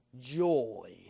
joy